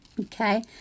Okay